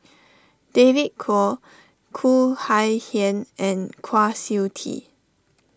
David Kwo Khoo Kay Hian and Kwa Siew Tee